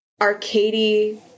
Arcady